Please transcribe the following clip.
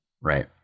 right